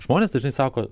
žmonės dažnai sako